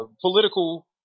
political